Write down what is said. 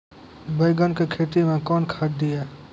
बैंगन की खेती मैं कौन खाद दिए?